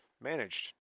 managed